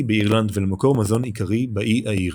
באירלנד ולמקור מזון עיקרי באי האירי.